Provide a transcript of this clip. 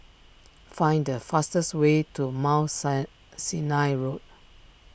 find the fastest way to Mount Sinai Road